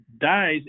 dies